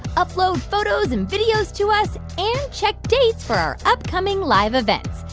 upload photos and videos to us and check dates for our upcoming live events.